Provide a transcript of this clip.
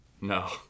No